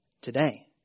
today